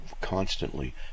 constantly